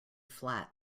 flat